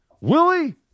Willie